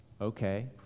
Okay